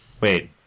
Wait